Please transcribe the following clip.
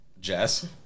Jess